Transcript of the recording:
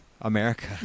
America